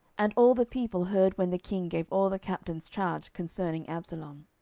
and all the people heard when the king gave all the captains charge concerning absalom.